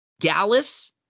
Gallus